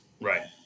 Right